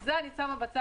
את זה אני שמה בצד,